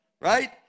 right